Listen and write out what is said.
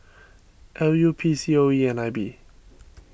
L U P C O E and I B